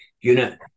unit